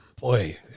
Boy